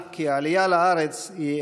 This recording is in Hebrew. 82,